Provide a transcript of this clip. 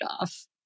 off